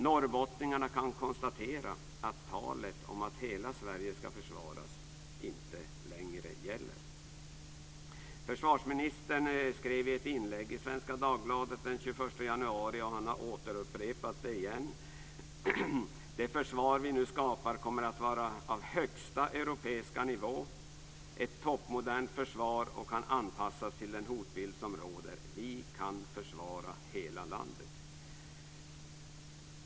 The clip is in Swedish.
Norrbottningarna kan konstatera att talet om att hela Sverige ska försvaras inte längre gäller. Försvarsministern skrev i ett inlägg i Svenska Dagbladet den 21 januari och han har upprepat det återigen: Det försvar vi nu skapar kommer att vara av högsta europeiska nivå - ett toppmodernt försvar som kan anpassas till den hotbild som råder. Vi kan försvara hela landet.